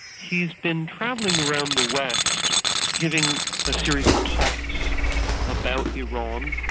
he's been travelling around the west giving a series of talks about iran,